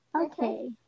Okay